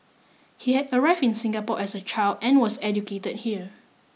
he had arrived in Singapore as a child and was educated here